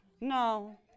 No